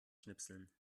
schnipseln